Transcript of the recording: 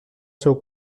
seu